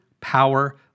Power